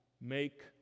make